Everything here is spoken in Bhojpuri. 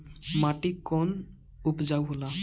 माटी कौन उपजाऊ होला?